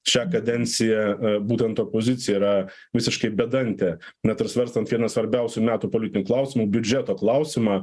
šią kadenciją būtent opozicija yra visiškai bedantė net ir svarstant vieną svarbiausių metų politinių klausimų biudžeto klausimą